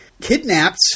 kidnapped